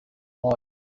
boy